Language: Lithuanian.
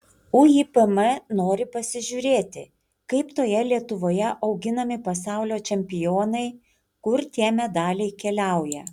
uipm nori pasižiūrėti kaip toje lietuvoje auginami pasaulio čempionai kur tie medaliai keliauja